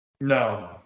No